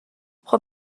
خوب